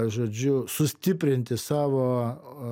žodžiu sustiprinti savo